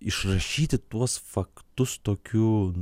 išrašyti tuos faktus tokiu